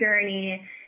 journey